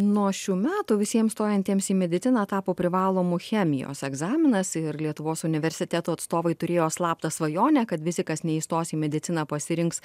nuo šių metų visiem stojantiems į mediciną tapo privalomu chemijos egzaminas ir lietuvos universitetų atstovai turėjo slaptą svajonę kad visi kas neįstos į mediciną pasirinks